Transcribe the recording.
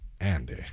Andy